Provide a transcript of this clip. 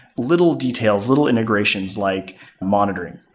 little details, little integrations, like monitoring.